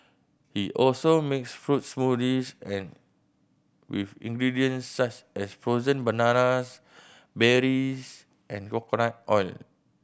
he also makes fruit smoothies and with ingredients such as frozen bananas berries and coconut oil